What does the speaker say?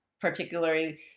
particularly